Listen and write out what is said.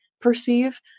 perceive